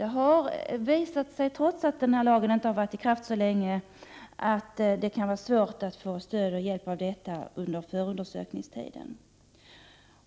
Det har visat sig, trots att lagen inte har varit i kraft så länge, att det kan vara svårt att få stöd och hjälp under förundersökningstiden.